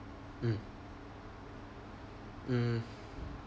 mm mm